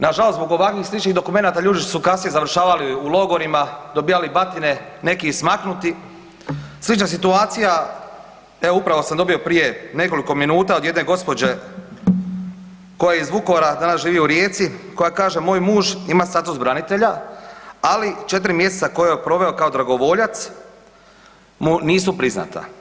Nažalost zbog ovakvih sličnih dokumenata ljudi su kasnije završavali u logorima, dobijali batine, neki i smaknuti, slična situacija, evo upravo sam dobio prije nekoliko minuta od jedne gospođe koja je iz Vukovara, danas živi u Rijeci, koja kaže, moj muž ima status branitelja ali 4 mjeseca koja je proveo kao dragovoljac mu nisu priznata.